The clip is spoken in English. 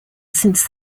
since